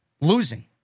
losing